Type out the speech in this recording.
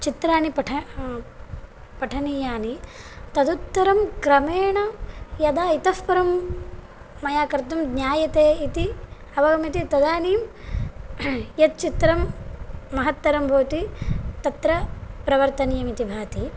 चित्राणि पठ पठनीयानि तदुत्तत्रं क्रमेण यदा इतः परं मया कर्तुं ज्ञायते इति अवगम्यते तदानीं यत् चित्रं महत्तरं भवति तत्र प्रवर्तनीयमिति भाति